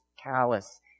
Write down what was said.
callous